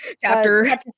Chapter